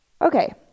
okay